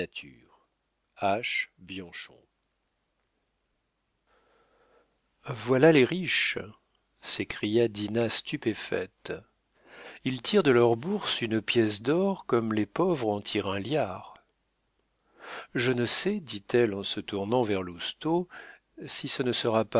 h bianchon voilà les riches s'écria dinah stupéfaite ils tirent de leur bourse une pièce d'or comme les pauvres en tirent un liard je ne sais dit-elle en se tournant vers lousteau si ce ne sera pas